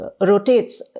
rotates